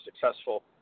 successful